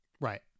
Right